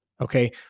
Okay